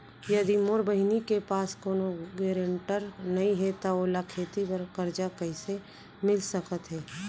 यदि मोर बहिनी के पास कोनो गरेंटेटर नई हे त ओला खेती बर कर्जा कईसे मिल सकत हे?